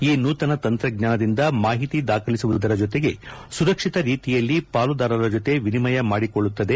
ಈ ನೂತನ ತಂತ್ರಜ್ಞಾನದಿಂದ ಮಾಹಿತಿ ದಾಖಲಿಸುವುದರ ಜೊತೆಗೆ ಸುರಕ್ಷಿತ ರೀತಿಯಲ್ಲಿ ಪಾಲುದಾರರ ಜೊತೆ ವಿನಿಮಯ ಮಾಡಿಕೊಳ್ಳುತ್ತದೆ